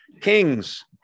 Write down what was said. Kings